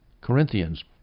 Corinthians